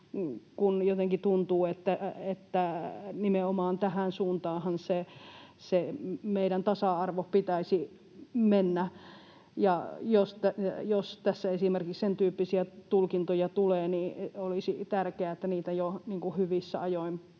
nimenomaan tähän suuntaanhan meidän tasa-arvon pitäisi mennä. Jos tässä esimerkiksi sentyyppisiä tulkintoja tulee, niin olisi tärkeää, että niitä jo hyvissä ajoin